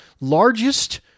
largest